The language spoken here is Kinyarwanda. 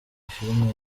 film